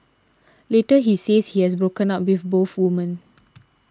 later he says he has broken up with both women